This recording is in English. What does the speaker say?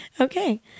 Okay